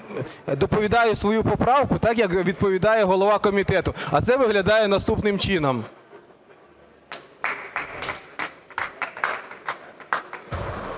доповідаю свою поправку, так, як відповідає голова комітету. А це виглядає наступним чином…